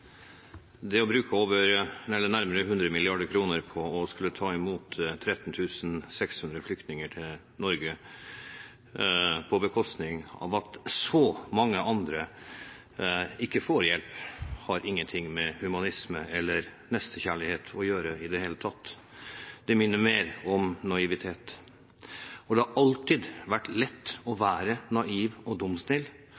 mange andre ikke får hjelp, har ingenting med humanisme eller nestekjærlighet å gjøre i det hele tatt. Det minner mer om naivitet. Det har alltid vært lett å være naiv og